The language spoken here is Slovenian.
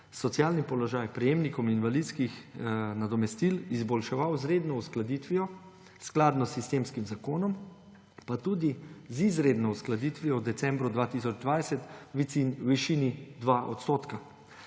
socialni položaj prejemnikom invalidskih nadomestil izboljševal z redno uskladitvijo, skladno s sistemskim zakonom, pa tudi z izredno uskladitvijo v decembru 2020 v višini